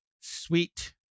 Sweet